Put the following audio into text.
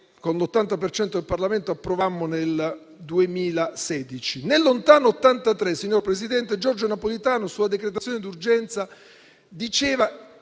per cento del Parlamento approvammo nel 2016. Nel lontano 1983, signor Presidente, Giorgio Napolitano sulla decretazione d'urgenza diceva